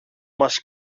μας